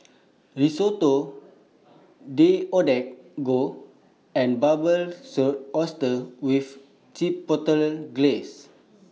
Risotto Deodeok Gui and Barbecued Oysters with Chipotle Glaze